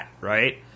right